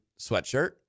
sweatshirt